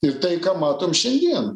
ir tai ką matom šiandien